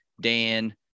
Dan